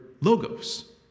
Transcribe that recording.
logos